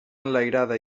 enlairada